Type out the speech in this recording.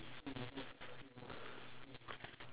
the breakfast the breakfast